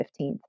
15th